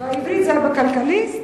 בעברית זה היה ב"כלכליסט",